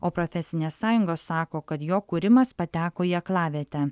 o profesinės sąjungos sako kad jo kūrimas pateko į aklavietę